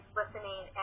listening